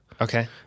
Okay